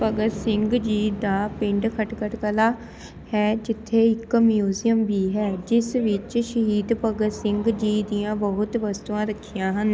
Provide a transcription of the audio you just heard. ਭਗਤ ਸਿੰਘ ਜੀ ਦਾ ਪਿੰਡ ਖਟਕੜ ਕਲਾਂ ਹੈ ਜਿੱਥੇ ਇੱਕ ਮਿਊਜ਼ੀਅਮ ਵੀ ਹੈ ਜਿਸ ਵਿੱਚ ਸ਼ਹੀਦ ਭਗਤ ਸਿੰਘ ਜੀ ਦੀਆਂ ਬਹੁਤ ਵਸਤੂਆਂ ਰੱਖੀਆਂ ਹਨ